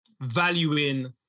valuing